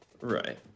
Right